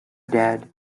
dead